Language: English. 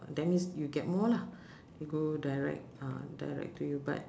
that means you get more lah you go direct uh direct to you but